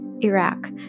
Iraq